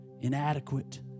inadequate